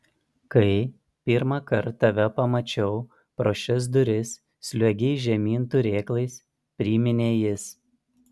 kai pirmąkart tave pamačiau pro šias duris sliuogei žemyn turėklais priminė jis